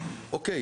אוקיי,